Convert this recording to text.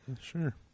Sure